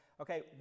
Okay